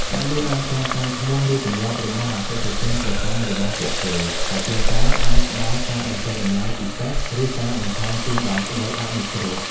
អ្នកលក់អាចចងចាំឈ្មោះ ឬទម្លាប់របស់អតិថិជនប្រចាំរបស់ពួកគេ ហើយជួនកាលអាចផ្តល់ការបញ្ចុះតម្លៃពិសេស ឬការបន្ថែមជូនដោយក្តីអនុគ្រោះ។